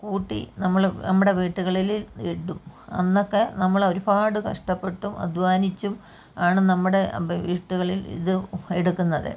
കൂട്ടി നമ്മൾ നമ്മുടെ വീടുകളിൽ ഇടും അന്നൊക്കെ നമ്മൾ ഒരുപാട് കഷ്ടപ്പെട്ടും അധ്വാനിച്ചും ആണ് നമ്മുടെ വീടുകളിൽ ഇത് എടുക്കുന്നത്